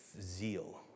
zeal